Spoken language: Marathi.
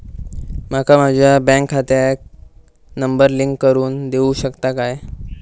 माका माझ्या बँक खात्याक नंबर लिंक करून देऊ शकता काय?